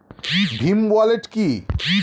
Bhim wallet কি?